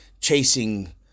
chasing